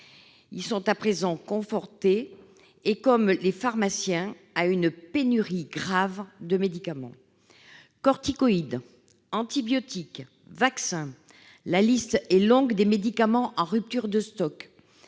sont à présent confrontés, tout comme les pharmaciens, à une grave pénurie de médicaments. Corticoïdes, antibiotiques, vaccins, la liste des médicaments en rupture de stock